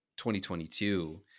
2022